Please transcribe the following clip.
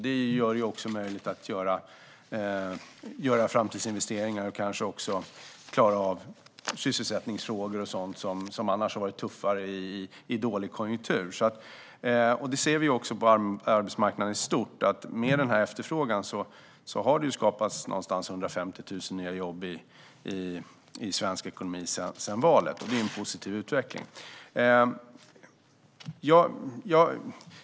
Det gör det möjligt att göra framtidsinvesteringar och kanske klara av sysselsättningsfrågor och sådant som annars har varit tuffare i dålig konjunktur. Detta ser vi också på arbetsmarknaden i stort. Med denna efterfrågan har det skapats runt 150 000 nya jobb i svensk ekonomi sedan valet. Det är en positiv utveckling.